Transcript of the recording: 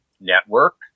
network